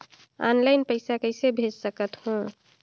Online पइसा कइसे भेज सकत हो?